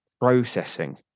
processing